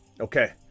Okay